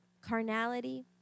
carnality